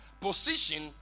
position